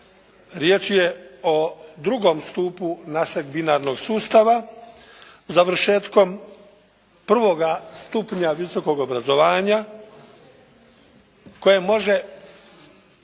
riječ je o drugom stupu našeg binarnog sustava. Završetkom prvoga stupnja visokog obrazovanja koje može,